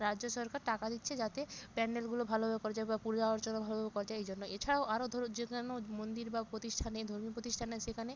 রাজ্য সরকার টাকা দিচ্ছে যাতে প্যান্ডেলগুলো ভালোভাবে করা যায় বা পূজাঅর্চনা ভালোভাবে করা যায় এই জন্য এছাড়াও আরো ধর যে কোনো মন্দির বা প্রতিষ্ঠানে ধর্মীয় প্রতিষ্ঠানে সেখানে